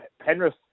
Penrith